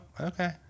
okay